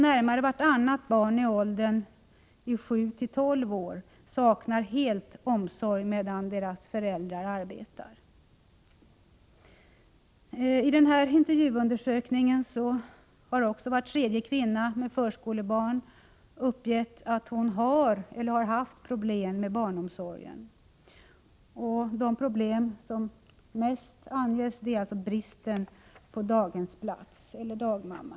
Närmare vartannat barn i åldern 7-12 år saknar helt omsorg medan föräldrarna arbetar. Enligt samma intervjuundersökning har var tredje kvinna med förskolebarn uppgett att hon har eller har haft problem med barnomsorgen. Det problem som oftast anges är bristen på daghemsplats eller dagmamma.